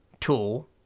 tool